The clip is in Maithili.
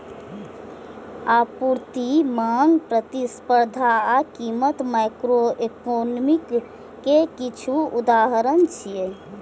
आपूर्ति, मांग, प्रतिस्पर्धा आ कीमत माइक्रोइकोनोमिक्स के किछु उदाहरण छियै